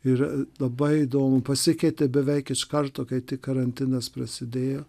yra labai įdomu pasikeitė beveik iš karto kai tik karantinas prasidėjo